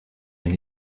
une